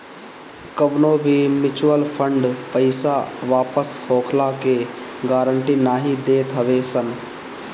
कवनो भी mutual fund पईसा वापस होखला के गारंटी नाइ देत हवे सन